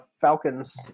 Falcons